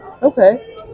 Okay